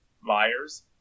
Myers